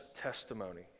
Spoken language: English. testimony